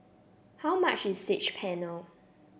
how much is Saag Paneer